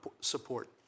support